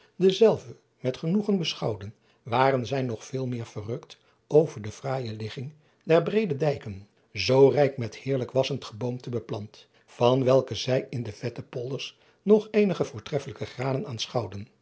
dezelve met genoegen beschouwden waren zij nog veel meer verrukt over de fraaije ligging der breede dijken driaan oosjes zn et leven van illegonda uisman zoo rijk met heerlijk wassend geboomte beplant van welke zij in de vette polders nog eenige voortreffelijke granen